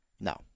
No